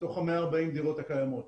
זה מתוך 140 הדירות הקיימות.